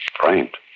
Framed